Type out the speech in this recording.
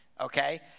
Okay